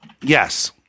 yes